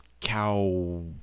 cow